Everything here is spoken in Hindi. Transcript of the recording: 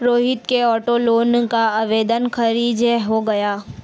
रोहित के ऑटो लोन का आवेदन खारिज हो गया